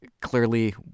clearly